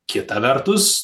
kita vertus